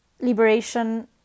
Liberation